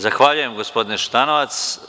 Zahvaljujem, gospodine Šutanovac.